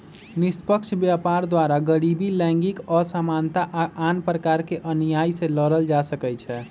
निष्पक्ष व्यापार द्वारा गरीबी, लैंगिक असमानता आऽ आन प्रकार के अनिआइ से लड़ल जा सकइ छै